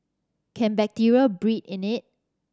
can bacteria breed in it